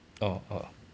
orh orh